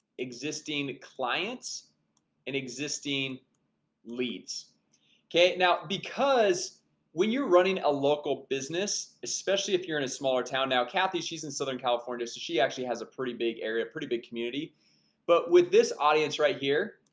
existing clients and existing leads okay now because when you're running a local business, especially if you're in a smaller town now kathy she's in southern california. so she actually has a pretty big area of pretty big community but with this audience right here,